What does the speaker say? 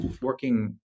working